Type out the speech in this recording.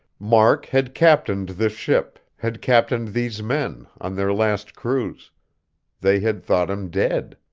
mark had captained this ship, had captained these men, on their last cruise they had thought him dead.